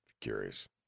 curious